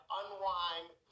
unwind